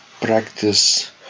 practice